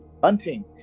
Bunting